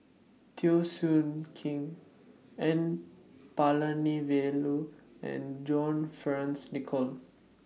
Teo Soon Kim N Palanivelu and John Fearns Nicoll